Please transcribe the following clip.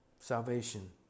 Salvation